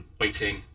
waiting